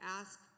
ask